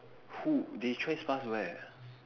who they trespass where